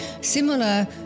similar